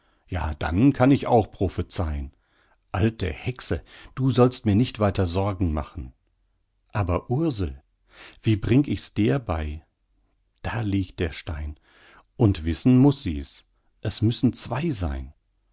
ja dann kann ich auch prophezeihn alte hexe du sollst mir nicht weiter sorge machen aber ursel wie bring ich's der bei da liegt der stein und wissen muß sie's es müssen zwei sein